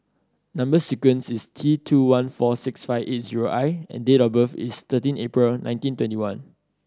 number sequence is T two one four six five eight zero I and date of birth is thirteen April nineteen twenty one